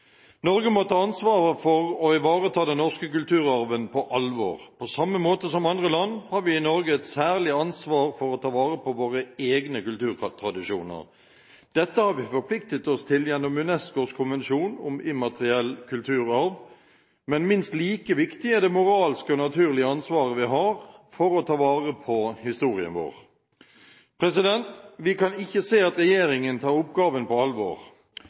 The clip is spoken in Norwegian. Norge må ta ansvaret for å ivareta den norske kulturarven. På samme måte som andre land har vi i Norge et særlig ansvar for å ta vare på våre egne kulturtradisjoner. Dette har vi forpliktet oss til gjennom UNESCOs konvensjon om immateriell kulturarv, men minst like viktig er det moralske og naturlige ansvaret vi har for å ta vare på historien vår. Vi kan ikke se at regjeringen tar oppgaven på alvor.